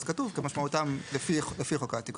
אז כתוב "כמשמעותם לפי חוק העתיקות".